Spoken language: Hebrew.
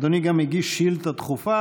אדוני גם הגיש שאילתה דחופה,